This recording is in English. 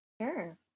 Sure